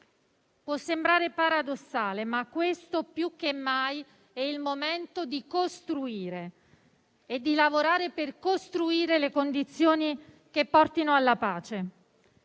Può sembrare paradossale, ma questo più che mai è il momento di lavorare per costruire le condizioni che portino alla pace.